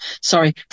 Sorry